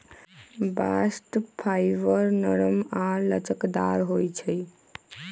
bast fibre नरम आऽ लचकदार होइ छइ